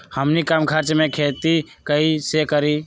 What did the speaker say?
हमनी कम खर्च मे खेती कई से करी?